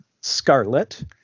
scarlet